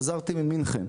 חזרתי ממינכן,